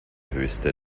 höchste